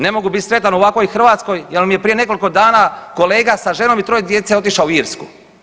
Ne mogu bit sretan u ovakvoj Hrvatskoj jel mi je prije nekoliko dana kolega sa ženom i troje djece otišao u Irsku.